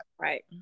Right